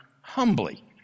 humbly